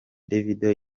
davido